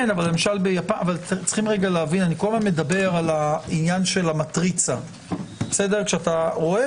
אני כל הזמן מדבר על העניין של המטריצה; כשאתה רואה